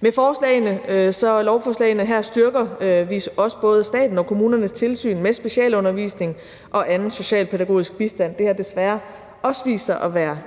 Med lovforslagene her styrker vi også både statens og kommunernes tilsyn med specialundervisning og anden socialpædagogisk bistand. Det har desværre også vist sig at være